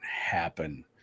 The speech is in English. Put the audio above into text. happen